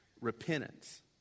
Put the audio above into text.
repentance